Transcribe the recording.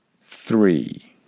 Three